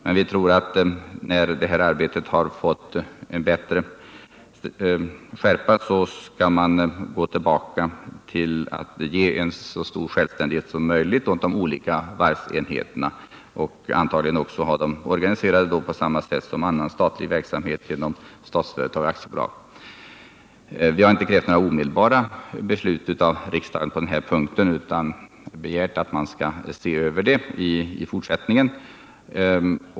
Men vi tror att när det här arbetet har fått en bättre skärpa skall man gå tillbaka till att ge så stor självständighet som möjligt åt de olika varvsenheterna och antagligen också ha dem organiserade som varje annan statlig verksamhet genom Statsföretag AB. Vi har inte krävt några omedelbara beslut av riksdagen på denna punkt utan begärt att man skall se över frågan i fortsättningen.